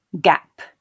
gap